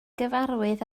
gyfarwydd